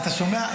אתה שומע,